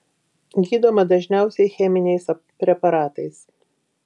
gydoma dažniausiai cheminiais preparatais